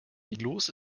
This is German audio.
iglus